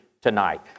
tonight